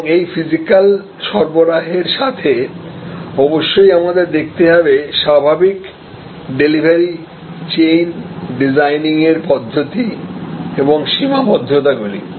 এবং এই ফিজিক্যাল সরবরাহের সাথে অবশ্যই আমাদের দেখতে হবে স্বাভাবিক ডেলিভারি চেইন ডিজাইনিংয়ের পদ্ধতি এবং সীমাবদ্ধতাগুলি